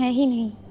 yeah shalini